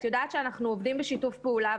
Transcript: את יודעת שאנחנו עובדים בשיתוף פעולה,